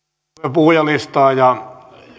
puhujalistaa ja